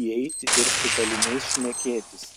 įeiti ir su kaliniais šnekėtis